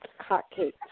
hotcakes